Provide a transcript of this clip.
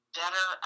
better